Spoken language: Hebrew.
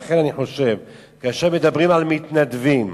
לכן, כאשר מדברים על מתנדבים,